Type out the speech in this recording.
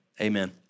amen